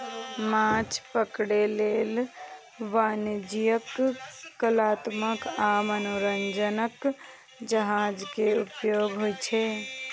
माछ पकड़ै लेल वाणिज्यिक, कलात्मक आ मनोरंजक जहाज के उपयोग होइ छै